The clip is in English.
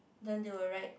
then they will write